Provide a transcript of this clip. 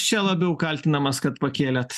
čia labiau kaltinamas kad pakėlėt